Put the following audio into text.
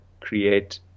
create